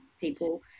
people